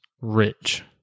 rich